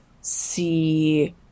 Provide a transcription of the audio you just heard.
see